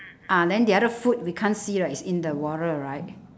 ah then the other foot we can't see right it's in the water right